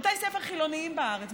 בתי ספר חילוניים בארץ,